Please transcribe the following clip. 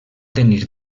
tenir